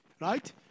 right